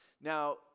Now